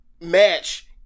match